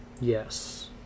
Yes